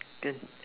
can